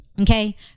okay